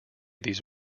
these